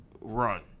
run